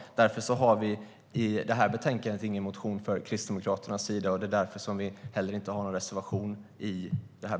Därför har Kristdemokraterna ingen motion i betänkandet, och därför har vi heller ingen reservation där.